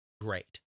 great